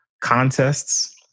contests